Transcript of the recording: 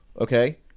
Okay